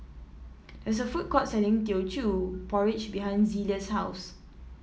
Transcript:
there is a food court selling Teochew Porridge behind Zelia's house